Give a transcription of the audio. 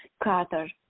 Carter